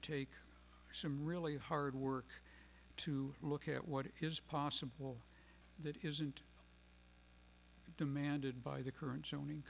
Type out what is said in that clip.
take some really hard work to look at what is possible that isn't demanded by the current zoning